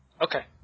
Okay